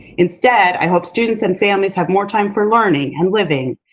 instead, i hope students and families have more time for learning and living.